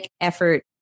effort